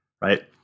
right